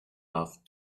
off